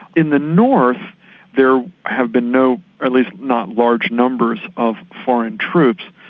in the north there have been no, at least not large numbers of foreign troops.